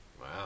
Wow